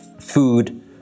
food